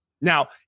Now